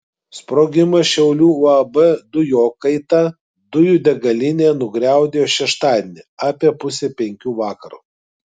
sprogimas šiaulių uab dujokaita dujų degalinėje nugriaudėjo šeštadienį apie pusę penkių vakaro